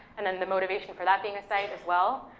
and then the motivation for that being a site as well,